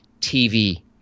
tv